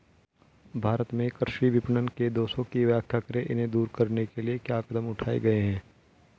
भारत में कृषि विपणन के दोषों की व्याख्या करें इन्हें दूर करने के लिए क्या कदम उठाए गए हैं?